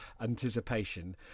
anticipation